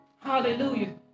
Hallelujah